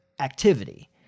activity